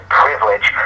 privilege